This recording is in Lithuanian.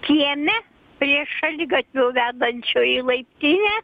kieme prie šaligatvio vedančio į laiptinę